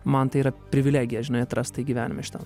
man tai yra privilegija žinai atrast tai gyvenime šitam